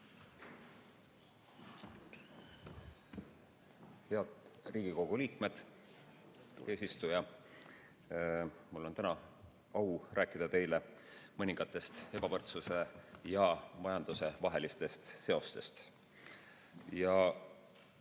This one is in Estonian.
Head Riigikogu liikmed! Hea eesistuja! Mul on täna au rääkida teile mõningatest ebavõrdsuse ja majanduse vahelistest seostest. Alustan